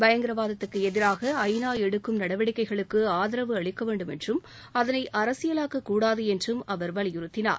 பயங்கரவாதத்துக்கு எதிராக ஐ நா எடுக்கும் நடவடிக்கைகளுக்கு ஆதரவு அளிக்க வேண்டும் என்றும் அதனை அரசியலாக்கக்கூடாது என்றும் அவர் வலியுறுத்தினார்